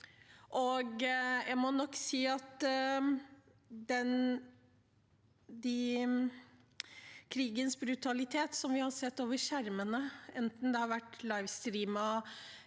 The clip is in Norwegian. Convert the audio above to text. jeg må si at krigens brutalitet, slik vi har sett den på skjermen, enten det har vært livestrømmet